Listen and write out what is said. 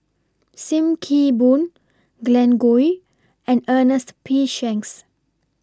SIM Kee Boon Glen Goei and Ernest P Shanks